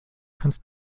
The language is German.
kannst